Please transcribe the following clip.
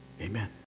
Amen